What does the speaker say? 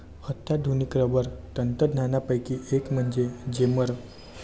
अत्याधुनिक रबर तंत्रज्ञानापैकी एक म्हणजे जेमर